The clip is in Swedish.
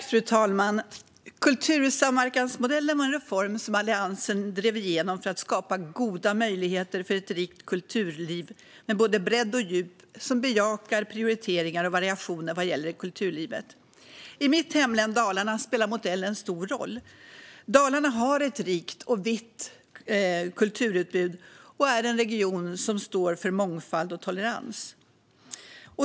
Fru talman! Kultursamverkansmodellen var en reform som Alliansen drev igenom för att skapa goda möjligheter för ett rikt kulturliv med både bredd och djup som bejakar prioriteringar och variationer vad gäller kulturlivet. I mitt hemlän Dalarna spelar modellen stor roll. Dalarna har ett rikt och vitt kulturutbud och är en region som står för mångfald och tolerans.